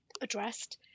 addressed